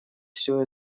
всю